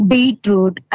Beetroot